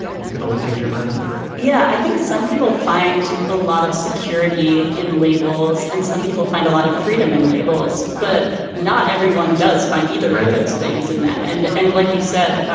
you can always change your mind yeah. i think some people find a lot of security in labels and some people find a lot of freedom in labels. but not everyone does find either those things in them. and and like you said,